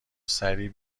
سریع